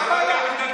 מה הבעיה?